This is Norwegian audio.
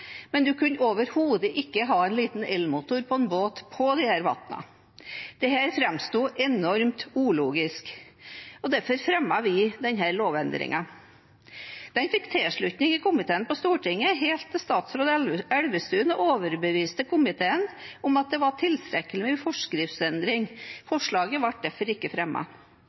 men man kunne overhodet ikke ha en liten elmotor på en båt på disse vannene. Dette framsto enormt ulogisk, og derfor fremmet vi denne lovendringen. Den fikk tilslutning i komiteen på Stortinget helt til daværende statsråd Elvestuen overbeviste komiteen om at det var tilstrekkelig med forskriftsendring. Forslaget ble derfor ikke